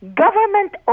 government